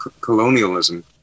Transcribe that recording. colonialism